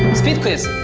speed quiz.